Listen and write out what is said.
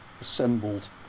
assembled